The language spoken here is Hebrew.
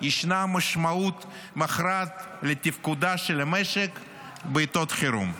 ישנה משמעות מכרעת לתפקודו של המשק בעיתות חירום.